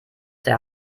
der